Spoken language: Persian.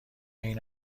این